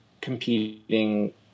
competing